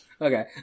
Okay